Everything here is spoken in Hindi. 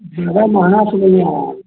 ज़्यादा महँगा समझ हैं